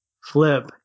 flip